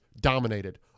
dominated